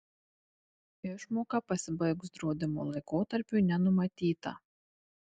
išmoka pasibaigus draudimo laikotarpiui nenumatyta